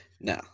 No